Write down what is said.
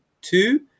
two